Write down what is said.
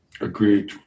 agreed